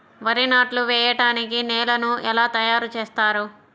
వరి నాట్లు వేయటానికి నేలను ఎలా తయారు చేస్తారు?